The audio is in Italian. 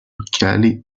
occhiali